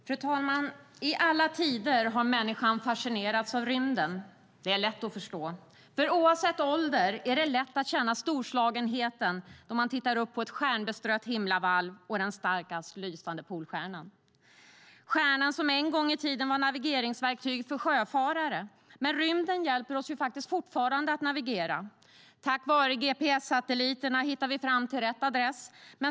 Fru talman! I alla tider har människan fascinerats av rymden. Det är lätt att förstå, för oavsett ålder är det lätt att känna storslagenheten då man tittar upp på ett stjärnbestrött himlavalv och den starkast lysande Polstjärnan. Polstjärnan var en gång i tiden navigeringsverktyg för sjöfarare. Men rymden hjälper oss fortfarande att navigera - tack vare gps-satelliterna hittar vi fram till rätt adress.